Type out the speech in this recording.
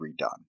redone